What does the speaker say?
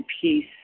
peace